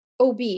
OB